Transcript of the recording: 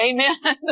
Amen